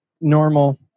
normal